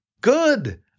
good